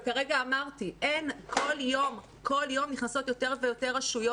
וכרגע אמרתי, כל יום נכנסות יותר ויותר רשויות.